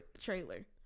trailer